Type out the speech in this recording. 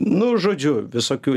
nu žodžiu visokių